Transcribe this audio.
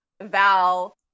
Val